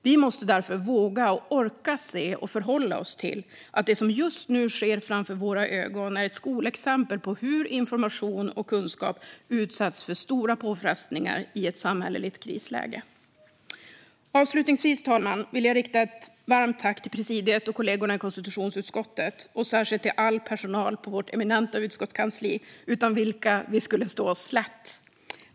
Vi måste därför våga och orka se och förhålla oss till att det som just nu sker framför våra ögon är ett skolexempel på hur information och kunskap utsätts för stora påfrestningar i ett samhälleligt krisläge. Avslutningsvis, fru talman, vill jag rikta ett varmt tack till presidiet och kollegorna i konstitutionsutskottet och särskilt till all personal på vårt eminenta utskottskansli, utan vilken vi skulle stå oss slätt.